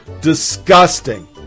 Disgusting